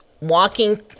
walking